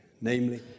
namely